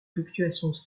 fluctuations